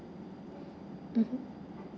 mmhmm